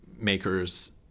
makers